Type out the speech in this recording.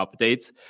updates